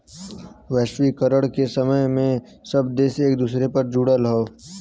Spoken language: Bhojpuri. वैश्वीकरण के समय में सब देश एक दूसरे से जुड़ल हौ